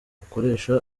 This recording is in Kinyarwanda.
ukoresha